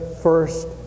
first